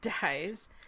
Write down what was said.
dies